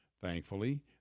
Thankfully